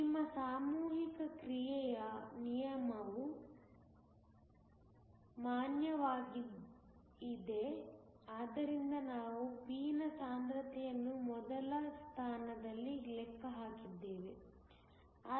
ನಿಮ್ಮ ಸಾಮೂಹಿಕ ಕ್ರಿಯೆಯ ನಿಯಮವು ಮಾನ್ಯವಾಗಿದೆ ಆದ್ದರಿಂದ ನಾವು p ನ ಸಾಂದ್ರತೆಯನ್ನು ಮೊದಲ ಸ್ಥಾನದಲ್ಲಿ ಲೆಕ್ಕ ಹಾಕಿದ್ದೇವೆ